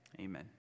Amen